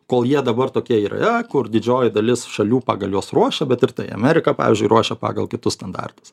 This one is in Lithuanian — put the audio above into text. kol jie dabar tokie yra kur didžioji dalis šalių pagal juos ruošia bet ir tai amerika pavyzdžiui ruošia pagal kitus standartus